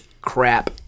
crap